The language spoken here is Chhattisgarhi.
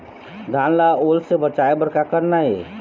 धान ला ओल से बचाए बर का करना ये?